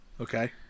Okay